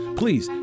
please